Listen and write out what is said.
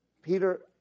Peter